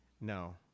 No